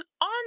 on